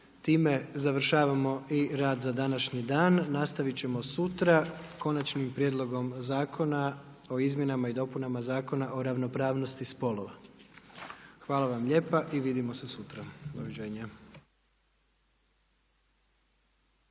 Time završavamo i rad za današnji dan, nastavit ćemo sutra Konačnim prijedlogom Zakona o izmjenama i dopunama Zakona o ravnopravnosti spolova. Hvala vam lijepa i vidimo se sutra. Doviđenja.